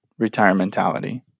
retirementality